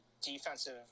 defensive